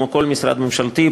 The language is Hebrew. כמו כל משרד ממשלתי,